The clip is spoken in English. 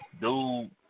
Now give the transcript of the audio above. dude